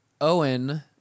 Owen